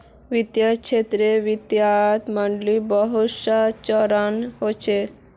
वित्तीय क्षेत्रत वित्तीय मॉडलिंगेर बहुत स चरण ह छेक